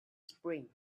spring